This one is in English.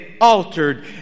altered